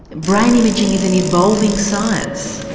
brain imaging is an evolving science.